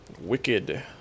wicked